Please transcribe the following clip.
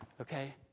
okay